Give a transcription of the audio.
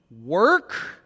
work